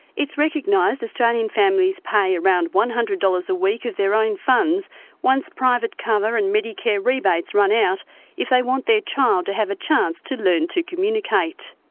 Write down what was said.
it's recognised australian families pay around one hundred dollars per week of their own funds once private cover and medicare rebates run out if they want their child to have a chance to learn to communicate.